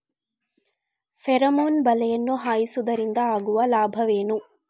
Pheromone ಬಲೆಯನ್ನು ಹಾಯಿಸುವುದರಿಂದ ಆಗುವ ಲಾಭವೇನು?